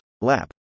LAP